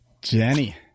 jenny